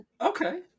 Okay